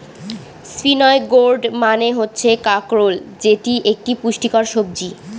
spiny gourd মানে হচ্ছে কাঁকরোল যেটি একটি পুষ্টিকর সবজি